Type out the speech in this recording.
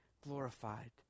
glorified